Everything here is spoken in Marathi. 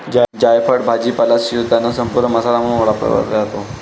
जायफळ भाजीपाला शिजवताना संपूर्ण मसाला म्हणून वापरला जातो